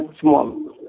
small